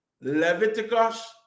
Leviticus